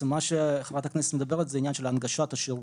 מה שחברת הכנסת מדברת עליו זה הנגשת השירות.